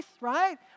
right